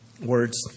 words